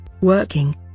working